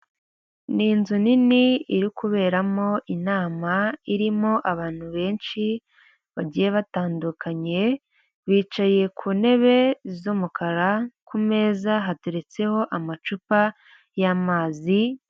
N' inzu nini iri kuberamo inama, irimo abantu benshi bagiye batandukanye, bicaye ku ntebe z'umukara ,kumeza hateretseho amacupa y'amazi....